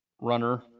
runner